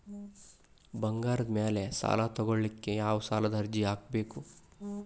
ಬಂಗಾರದ ಮ್ಯಾಲೆ ಸಾಲಾ ತಗೋಳಿಕ್ಕೆ ಯಾವ ಸಾಲದ ಅರ್ಜಿ ಹಾಕ್ಬೇಕು?